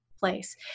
Place